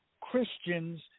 Christians